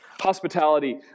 hospitality